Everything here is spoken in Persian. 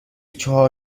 چهار